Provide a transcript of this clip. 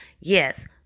yes